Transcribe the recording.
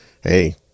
hey